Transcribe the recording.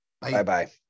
Bye-bye